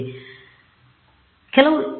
ವಿದ್ಯಾರ್ಥಿ ಅದು ಮಾತ್ರ